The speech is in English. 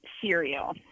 cereal